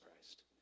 Christ